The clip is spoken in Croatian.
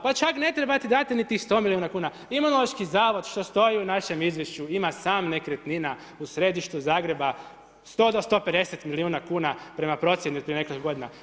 Pa čak ne trebate dati ni tih 100 milijuna kuna, Imunološki zavod, što stoji u našem izvješću ima sam nekretnina u središtu Zagrebu, 100-150 milijuna kuna, prema procjeni od prije nekoliko godina.